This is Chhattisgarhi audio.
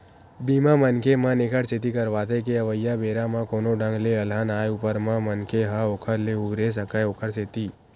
बीमा, मनखे मन ऐखर सेती करवाथे के अवइया बेरा म कोनो ढंग ले अलहन आय ऊपर म मनखे ह ओखर ले उबरे सकय ओखर सेती